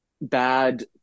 bad